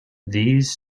these